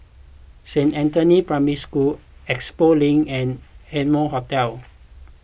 Saint Anthony's Primary School Expo Link and Amoy Hotel